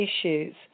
issues